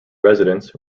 residents